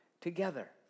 together